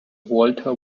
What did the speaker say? walter